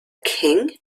king